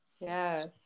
yes